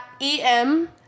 em